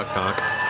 ah cocked.